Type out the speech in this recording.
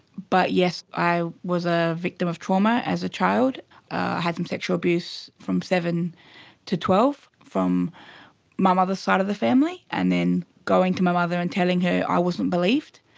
but yes, i was a victim of trauma as a child, i had some sexual abuse from seven to twelve from my mother's side of the family, and then going to my mother and telling her, i wasn't believed,